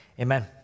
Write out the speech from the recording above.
Amen